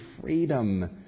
freedom